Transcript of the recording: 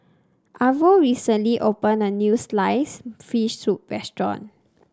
Arvo recently opened a new sliced fish soup restaurant